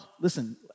Listen